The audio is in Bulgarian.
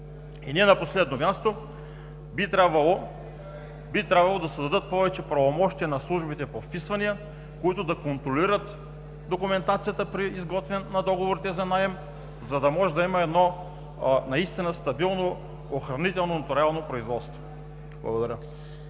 И не на последно място, би трябвало да се дадат повече правомощия на службите по вписвания, които да контролират документацията при изготвяне на договорите за наем, за да може да има едно наистина стабилно охранително нотариално производство. Благодаря.